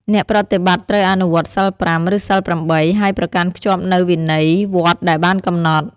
អ្នកប្រតិបត្តិត្រូវអនុវត្ត សីល៥ ឬ សីល៨ ហើយប្រកាន់ខ្ជាប់នូវវិន័យវត្តដែលបានកំណត់។